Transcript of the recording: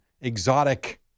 exotic